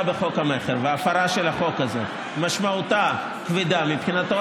בחוק המכר ולהפרה של החוק הזה יש משמעות כבדה מבחינתו,